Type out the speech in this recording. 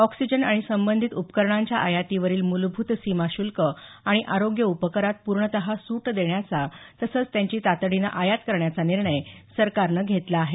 oxygen आणि संबंधीत उपकरणांच्या आयातीवरील मुलभूत सीमा शुल्क आणि आरोग्य उपकरात पूर्णत सूट देण्याचा तसंच त्यांची तातडीनं आयात करण्याचा निर्णय सरकारनं घेतला आहे